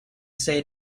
say